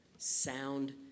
Sound